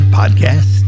podcast